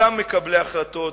אותם מקבלי החלטות,